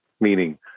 meaning